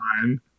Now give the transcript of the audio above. time